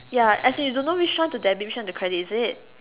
ya as in you don't know which one to debit which one to credit is it